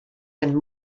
and